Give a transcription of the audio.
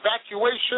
evacuation